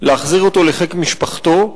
להחזיר אותו לחיק משפחתו,